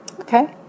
Okay